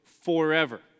Forever